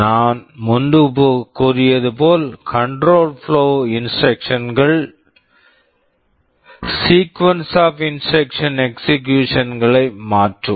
நான் முன்பு கூறியது போல் control flow control flow instructions instructions கள் sequence of instructions execution sequence of instruction execution களை மாற்றும்